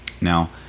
Now